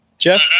Jeff